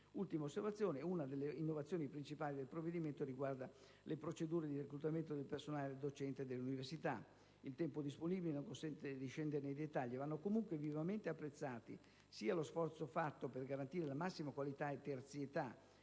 nel provvedimento. Una delle innovazioni principali del provvedimento riguarda le procedure di reclutamento del personale docente delle università. Il tempo disponibile non consente di scendere nei dettagli. Vanno comunque vivamente apprezzati sia lo sforzo fatto per garantire la massima qualità e terzietà